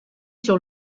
sur